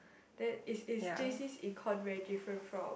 that is is j_c's econ very different from